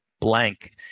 blank